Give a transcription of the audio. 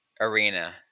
arena